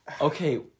Okay